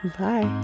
Bye